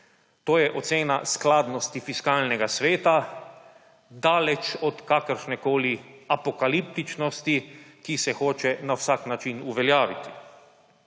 To je ocena skladnosti Fiskalnega sveta, daleč od kakršnekoli apokaliptičnosti, ki se hoče na vsak način uveljaviti.